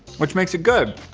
which makes it good.